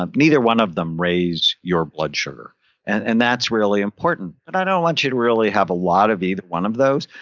um neither one of them raise your blood sugar and and that's really important. and i don't want you to really have a lot of either one of those,